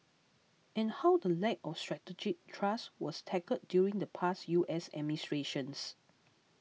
and how the lack of strategic trust was tackled during the past U S administrations